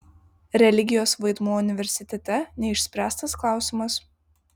religijos vaidmuo universitete neišspręstas klausimas